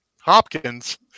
Hopkins